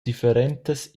differentas